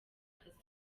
kazi